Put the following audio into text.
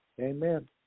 Amen